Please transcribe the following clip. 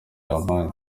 yampaye